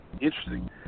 interesting